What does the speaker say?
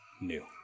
new